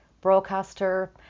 broadcaster